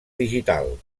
digital